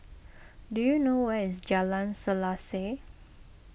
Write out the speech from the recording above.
do you know where is Jalan Selaseh